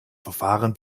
verfahren